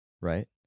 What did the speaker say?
right